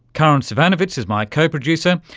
karin zsivanovits is my co-producer.